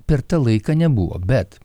per tą laiką nebuvo bet